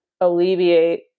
alleviate